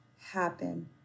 happen